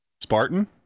Spartan